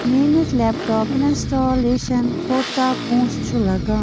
میٛٲنِس laptop installation کوتاہ پۅنٛسہٕ چھُ لگان